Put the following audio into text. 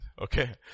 Okay